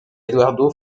eduardo